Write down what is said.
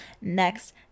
next